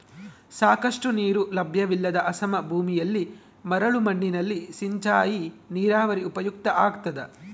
ಸಾಕಷ್ಟು ನೀರು ಲಭ್ಯವಿಲ್ಲದ ಅಸಮ ಭೂಮಿಯಲ್ಲಿ ಮರಳು ಮಣ್ಣಿನಲ್ಲಿ ಸಿಂಚಾಯಿ ನೀರಾವರಿ ಉಪಯುಕ್ತ ಆಗ್ತದ